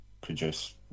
produce